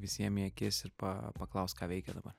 visiem į akis ir pa paklaust ką veikia dabar